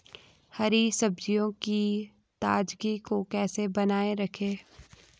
हरी सब्जियों की ताजगी को कैसे बनाये रखें?